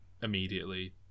Immediately